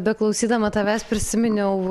beklausydama tavęs prisiminiau